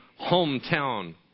hometown